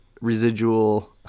residual